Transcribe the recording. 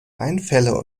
einfälle